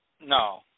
No